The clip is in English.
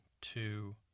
two